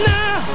Now